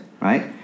right